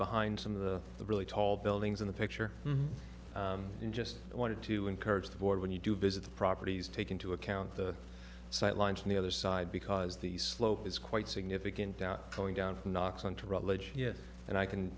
behind some of the really tall buildings in the picture and just wanted to encourage the board when you do visit the properties take into account the sight lines on the other side because the slope is quite significant down coming down from knocks on to rutledge here and i can